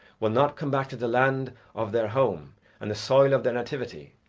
will not come back to the land of their home and the soil of their nativity,